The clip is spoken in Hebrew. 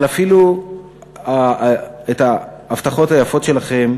אבל אפילו את ההבטחות היפות שלכם